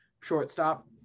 Shortstop